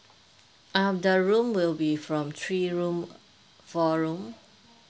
um the room will be from three room four room